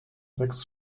sechs